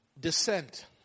descent